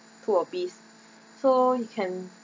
too obese so you can